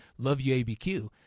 LoveYouABQ